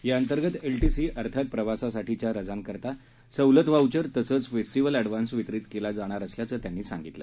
याअंतर्गत एलटीसी अर्थात प्रवासासाठीच्या रजांकरता सवलत व्हाऊचर तसंच फेस्टीवल एडव्हान्स वितरीत केला जाणार असल्याचं त्यांनी सांगितलं